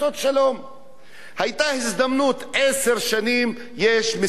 היתה הזדמנות, עשר שנים יש מסמך הליגה הערבית,